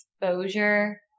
exposure